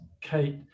Kate